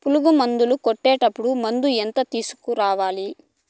పులుగు మందులు కొట్టేటప్పుడు మందు ఎంత తీసుకురావాలి?